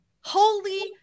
Holy